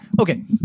okay